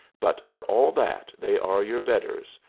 but for all that they are your betters,